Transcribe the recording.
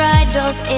idols